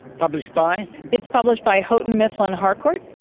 published by? it's published by houghton mifflin harcourt.